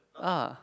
ah